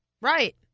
Right